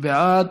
מי בעד?